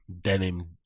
denim